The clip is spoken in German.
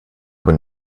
aber